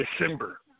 December